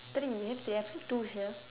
three I have to have two sia